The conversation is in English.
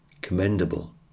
commendable